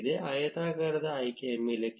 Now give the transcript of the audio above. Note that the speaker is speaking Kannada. ಆಯತಾಕಾರದ ಆಯ್ಕೆಯ ಮೇಲೆ ಕ್ಲಿಕ್ ಮಾಡಿ